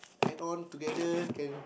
add on together can